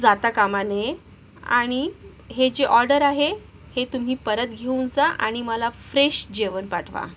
जाता कामा नये आणि हे जे ऑर्डर आहे हे तुम्ही परत घेऊन जा आणि मला फ्रेश जेवण पाठवा